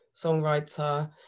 songwriter